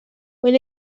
when